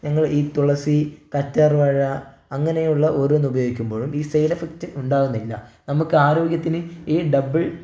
ഞങ്ങൾ ഈ തുളസി കറ്റാർവാഴ അങ്ങനെ ഉള്ള ഓരോന്ന് ഉപയോഗിക്കുമ്പോഴും ഈ സൈഡ് എഫക്ട് ഉണ്ടാകുന്നില്ല നമുക്ക് ആരോഗ്യത്തിന് ഈ ഡബിൾ